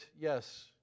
yes